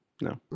no